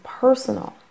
personal